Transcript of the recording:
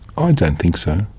ah and and think so,